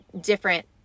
different